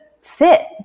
sit